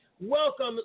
Welcome